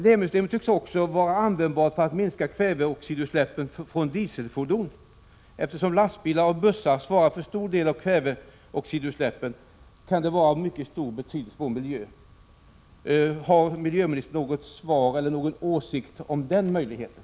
LEMI-systemet tycks också vara användbart för att minska kväveoxidutsläppen från dieselfordon. Eftersom lastbilar och bussar svarar för en stor del av kväveoxidutsläppen kan detta vara av mycket stor betydelse för vår miljö. Har miljöministern någon åsikt om den möjligheten?